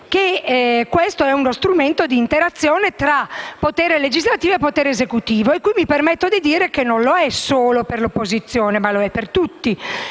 ispettivo è uno strumento d'interazione tra potere legislativo e potere esecutivo e mi permetto di dire che lo è non solo per l'opposizione, ma per tutti